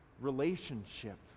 relationship